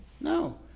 no